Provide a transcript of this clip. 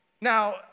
Now